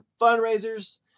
fundraisers